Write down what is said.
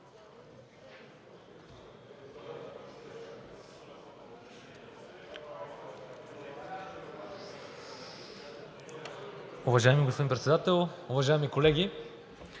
Уважаеми господин Председател, уважаеми колеги!